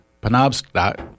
Penobscot